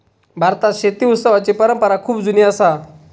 भारतात शेती उत्सवाची परंपरा खूप जुनी असा